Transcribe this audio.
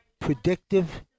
predictive